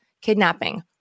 kidnapping